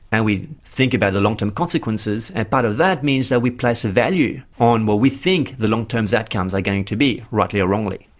and we think about the long-term consequences, and part of that means that we place a value on what we think the long-term so outcomes are going to be, rightly or wrongly.